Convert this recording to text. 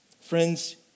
Friends